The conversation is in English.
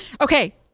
Okay